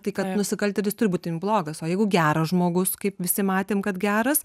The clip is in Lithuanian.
tai kad nusikaltėlis turi būti blogas o jeigu geras žmogus kaip visi matėm kad geras